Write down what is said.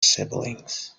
siblings